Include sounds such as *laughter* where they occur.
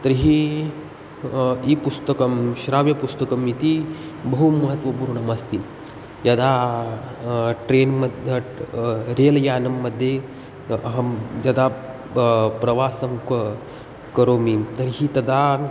तर्हि ई पुस्तकं श्रव्यपुस्तकम् इति बहु महत्वपूर्णमस्ति यदा ट्रेन् *unintelligible* रेल् यानं मध्ये अहं यदा प्रवासं क करोमि तर्हि तदा